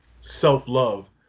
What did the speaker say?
self-love